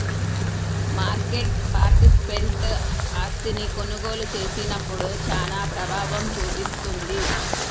market participant ఆస్తిని కొనుగోలు చేసినప్పుడు చానా ప్రభావం చూపిస్తుంది